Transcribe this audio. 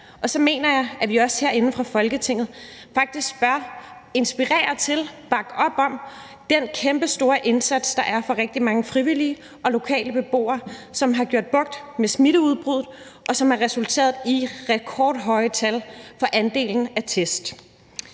og så mener jeg også, at vi herinde fra Folketinget faktisk bør inspirere til og bakke op om den kæmpestore indsats, der er fra rigtig mange frivillige og lokale beboere, som har fået bugt med smitteudbruddet, og som har resulteret i rekordhøje tal for andelen, der